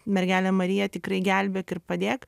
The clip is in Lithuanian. mergele marija tikrai gelbėk ir padėk